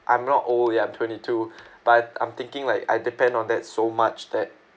I'm not old ya I'm twenty-two but I I'm thinking like I depend on that so much that